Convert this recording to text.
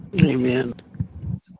Amen